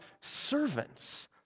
servants